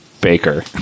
baker